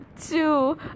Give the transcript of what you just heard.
two